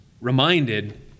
reminded